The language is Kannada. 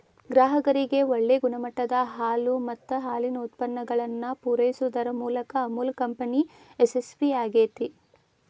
ಗ್ರಾಹಕರಿಗೆ ಒಳ್ಳೆ ಗುಣಮಟ್ಟದ ಹಾಲು ಮತ್ತ ಹಾಲಿನ ಉತ್ಪನ್ನಗಳನ್ನ ಪೂರೈಸುದರ ಮೂಲಕ ಅಮುಲ್ ಕಂಪನಿ ಯಶಸ್ವೇ ಆಗೇತಿ